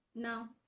Now